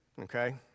Okay